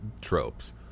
tropes